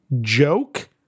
joke